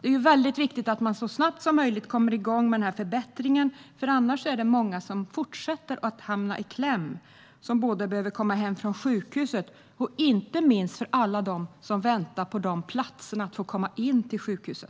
Det är viktigt att man så snabbt som möjligt kommer igång med denna förbättring, för annars är det många som fortsätter att hamna i kläm: de som behöver komma hem från sjukhuset och, inte minst, alla som väntar på plats på sjukhus.